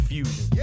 Fusion